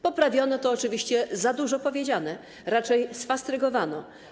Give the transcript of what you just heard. Poprawiono to oczywiście za dużo powiedziane, raczej sfastrygowano.